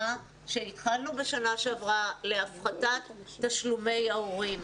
שהתחלנו בשנה שעברה להפחתת תשלומי ההורים.